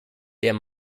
der